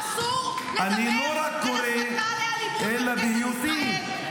אסור לדבר על הסתה לאלימות בכנסת ישראל.